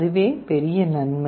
அதுவே பெரிய நன்மை